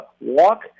walk